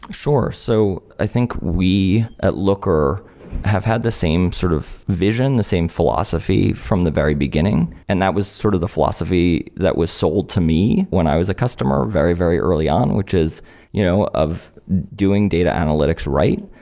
sure. so i think we at looker have had the same sort of vision, the same philosophy from the very beginning and that was sort of the philosophy that was sold to me when i was a customer very, very early on, which is you know of doing data analytics right,